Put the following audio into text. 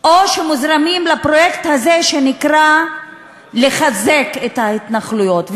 או שמוזרמים לפרויקט הזה שנקרא לחזק את ההתנחלויות.